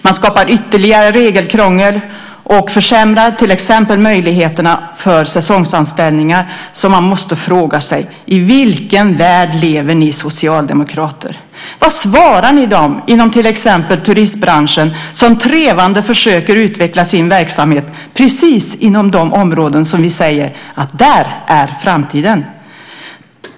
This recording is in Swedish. Man skapar ytterligare regelkrångel och försämrar till exempel möjligheterna för säsongsanställningar. Man måste därför fråga: I vilken värld lever ni socialdemokrater? Vad svarar ni dem inom till exempel turistbranschen som trevande försöker utveckla sin verksamhet inom just de områden där vi säger att framtiden finns?